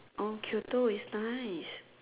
oh Kyoto is nice